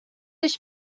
dış